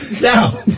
Now